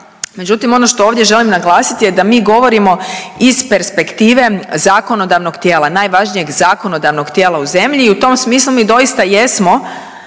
međutim ono što ovdje želim naglasiti je da mi govorimo iz perspektive zakonodavnog tijela, najvažnijeg zakonodavnog tijela u zemlji i u tom smislu mi doista jesmo